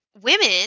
women